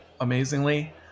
amazingly